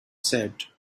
said